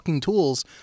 tools